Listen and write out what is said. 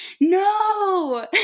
no